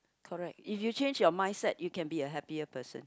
correct if you change your mindset you can be a happier person